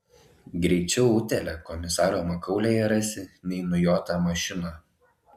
greičiau utėlę komisaro makaulėje rasi nei nujotą mašiną